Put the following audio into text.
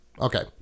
Okay